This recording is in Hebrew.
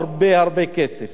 נשקיע בהסברה,